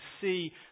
see